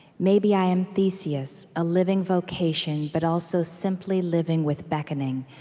maybe i am theseus, a living vocation, but also simply living with beckoning.